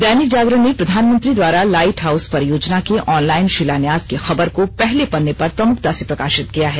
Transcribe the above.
दैनिक जागरण ने प्रधानमंत्री द्वारा लाईट हाउस परियोजना के ऑनलाइन श्लिान्यास की खबर को पहले पन्ने पर प्रमुखता से प्रकाशित किया है